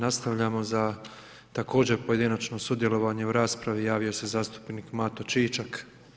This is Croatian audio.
Nastavljamo za također pojedinačno sudjelovanje u raspravi, javio se zastupnik Mato Čičak.